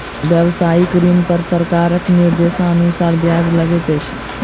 व्यवसायिक ऋण पर सरकारक निर्देशानुसार ब्याज लगैत छै